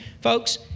Folks